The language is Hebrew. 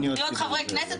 פניות חברי כנסת,